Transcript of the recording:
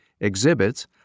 exhibits